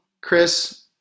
Chris